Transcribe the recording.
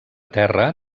terra